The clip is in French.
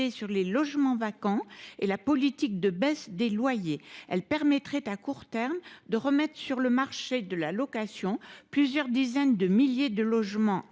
sur les logements vacants et la politique de baisse des loyers. Elle permettrait, à court terme, de remettre sur le marché locatif plusieurs dizaines de milliers de logements,